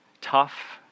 tough